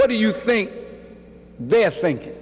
what do you think they're thinking